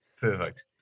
Perfect